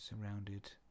surrounded